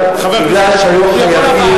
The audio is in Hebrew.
שהיו חייבים ארנונה.